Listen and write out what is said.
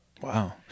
wow